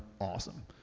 awesome